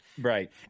right